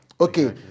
Okay